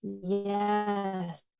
Yes